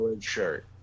shirt